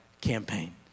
campaign